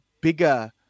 bigger